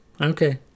Okay